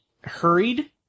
hurried